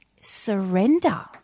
surrender